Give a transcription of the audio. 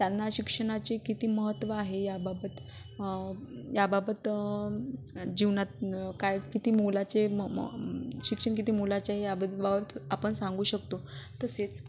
त्यांना शिक्षणाचे किती महत्त्व आहे याबाबत याबाबत जीवनात काय किती मोलाची आहे म म शिक्षण किती मोलाचे आहे याबद बाबत आपण सांगू शकतो तसेच